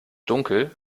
dunkel